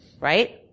Right